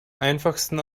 einfachsten